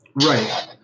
Right